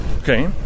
Okay